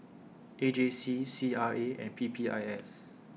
A J C C R A and P P I S